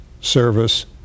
service